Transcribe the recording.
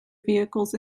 vehicles